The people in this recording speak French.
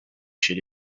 chez